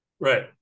Right